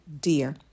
dear